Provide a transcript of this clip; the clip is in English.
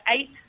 eight